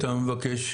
אתה מבקש.